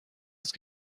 است